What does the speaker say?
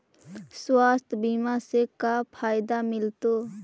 स्वास्थ्य बीमा से का फायदा मिलतै?